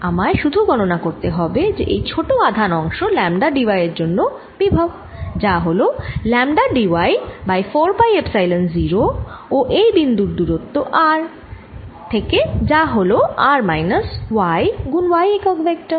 আমায় শুধু গণনা করতে হবে যে এই ছোটো আধান অংশ ল্যামডা d y এর জন্য বিভবের যা হল lambda d y by 4 pi epsilon 0 ও এই বিন্দুর দুরত্ব r থেকে যা হল r মাইনাস y গুণ y একক ভেক্টর